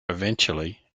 eventually